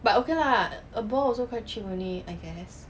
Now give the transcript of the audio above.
but okay lah a ball also quite cheap only I guess